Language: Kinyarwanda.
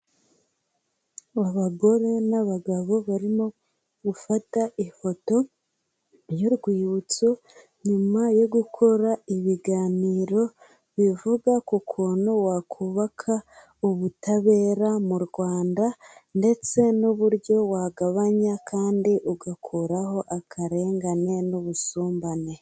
Abagore n'abagabo barimo gufata ifoto y'urwibutso, nyuma yo gukora ibiganiro bivuga ku ku kuntu wakubaka ubutabera mu Rwanda, ndetse n'uburyo wagabanya kandi ugakuraho akarengane n'ubusumbane.